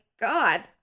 god